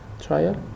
trial